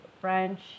French